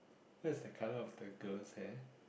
what's the colour of the girl's hair